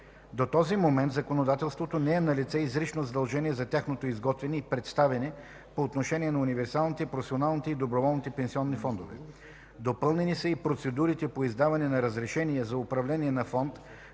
До този момент в законодателството не е налице изрично задължение за тяхното изготвяне и представяне по отношение на универсалните, професионалните и доброволните пенсионни фондове. Допълнени са и процедурите по издаване на разрешение за управление на фонд